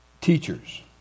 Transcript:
teachers